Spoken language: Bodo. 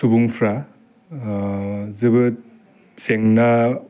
सुबुंफ्रा जोबोद जेंना